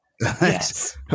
Yes